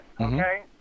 Okay